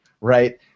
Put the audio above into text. right